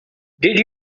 did